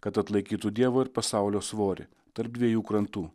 kad atlaikytų dievo ir pasaulio svorį tarp dviejų krantų